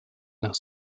nach